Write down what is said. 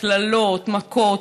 קללות מכות,